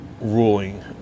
ruling